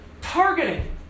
targeting